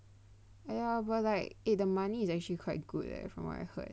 !aiya! but like eh the money is actually quite good leh from what I heard